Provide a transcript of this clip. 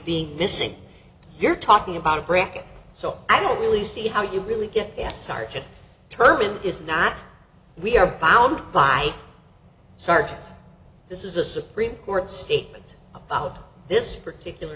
being missing you're talking about a bracket so i don't really see how you really get it sergeant turban is not we are bound by sergeant this is a supreme court statement about this particular